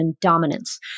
dominance